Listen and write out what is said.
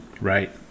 right